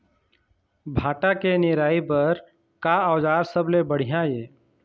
भांटा के निराई बर का औजार सबले बढ़िया ये?